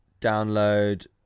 Download